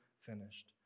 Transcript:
finished